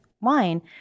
wine